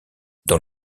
dans